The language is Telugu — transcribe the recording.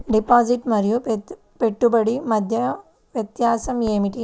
డిపాజిట్ మరియు పెట్టుబడి మధ్య వ్యత్యాసం ఏమిటీ?